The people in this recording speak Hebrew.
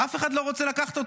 אף אחד לא רוצה לקחת אותם.